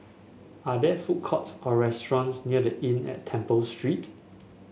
are there food courts or restaurants near The Inn at Temple Street